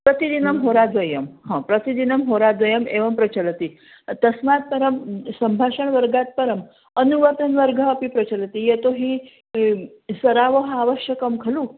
प्रतिदिनं होराद्वयं हा प्रतिदिनं होराद्वयम् एव प्रचलति तस्मात् परं सम्भाषणवर्गात् परं अनुवादः वर्गः अपि प्रचलति यतो हि सरावः आवश्यकं खलु